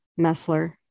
Messler